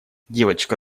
девочка